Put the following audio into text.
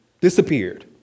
Disappeared